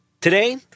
Today